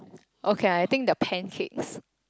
okay I think the pancakes